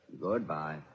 Goodbye